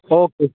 okay